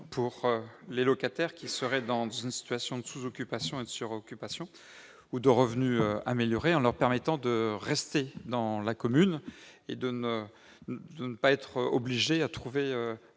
pour les locataires qui sont dans une situation de sous-occupation, de sur-occupation ou de revenus améliorés, en leur permettant de rester dans leur commune, sans être obligés de trouver